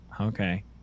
okay